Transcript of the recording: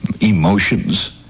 emotions